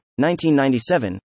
1997